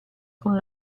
con